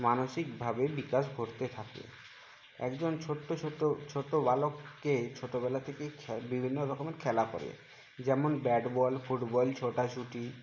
মানসিকভাবে বিকাশ ঘটতে থাকে একজন ছোট্ট ছোট্ট ছোটো বালককে ছোটোবেলা থেকেই বিভিন্ন রকমের খেলা করে যেমন ব্যাট বল ফুটবল ছোটাছুটি